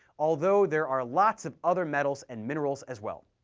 although there are lots of other metals and minerals as well.